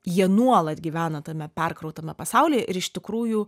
jie nuolat gyvena tame perkrautame pasaulyje ir iš tikrųjų